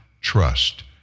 trust